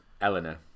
Eleanor